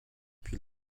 puis